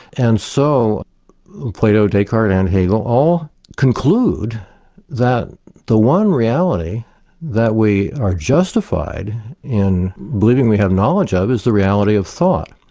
and so plato, descartes and hegel all conclude that the one reality that we are justified in believing we have knowledge of, is the reality of thought.